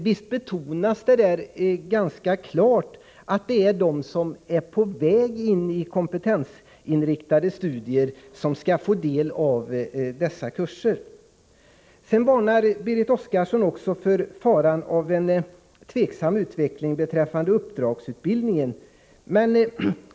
Visst betonas det där ganska klart att det är de som är på väg in i kompetensinriktade studier som skall få del av dessa kurser. Vidare varnar Berit Oscarsson för faran av en mindre lämplig utveckling beträffande uppdragsutbildningen.